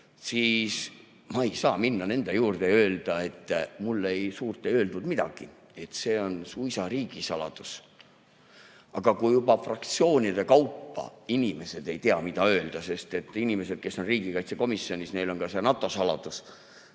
siis ma ei saa minna nende juurde ja öelda, et mulle suurt ei öeldud midagi, et see on suisa riigisaladus. Aga juba fraktsioonide kaupa inimesed ei tea, mida öelda, sest et inimesed, kes on riigikaitsekomisjonis, neil on ka NATO-saladus.